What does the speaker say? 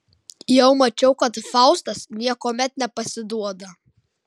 jau mačiau kad faustas niekuomet nepasiduoda